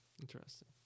Interesting